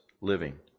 living